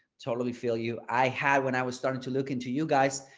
totally feel you i had when i was starting to look into you guys.